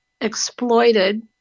exploited